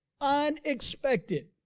unexpected